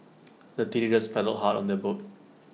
the teenagers paddled hard on their boat